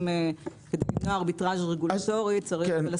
כדי למנוע ארביטראז' רגולטורי צריך לשים לב שיש